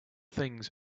things